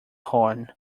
horn